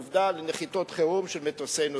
"עובדה" לנחיתת חירום של מטוסי נוסעים.